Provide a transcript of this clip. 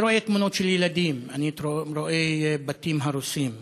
אני רואה תמונות של ילדים, אני רואה בתים הרוסים.